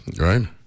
Right